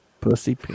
Pussy